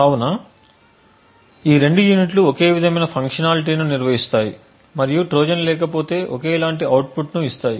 కాబట్టి ఈ రెండు యూనిట్లు ఒకే విధమైన ఫంక్షనాలిటీ ను నిర్వహిస్తాయి మరియు ట్రోజన్ లేకపోతే ఒకే లాంటి అవుట్పుట్ని ఇస్తాయి